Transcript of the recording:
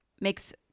makes